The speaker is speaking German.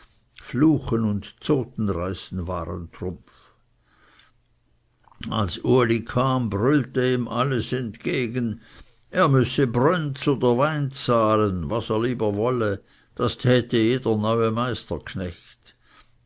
fluchen und zotenreißen waren trumpf als uli kam brüllte ihm alles entgegen er müsse brönz oder wein zahlen was er lieber wolle das täte jeder neue meisterknecht